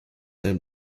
and